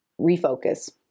refocus